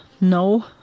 No